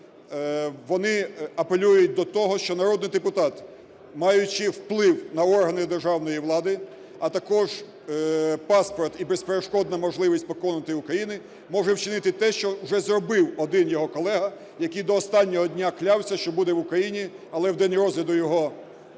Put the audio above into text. вони апелюють до того, що народний депутат, маючи вплив на органи державної влади, а також паспорт і безперешкодна можливість покинути Україну можуть вчинити те, що вже зробив один його колега, який до останнього дня клявся, що буде в Україні, але в день розгляду його підозри…